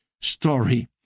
story